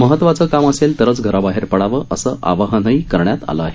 महत्वाचं काम असेल तरच घराबाहेर पडावं असं आवाहनही करण्यात आलं आहे